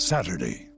Saturday